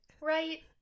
Right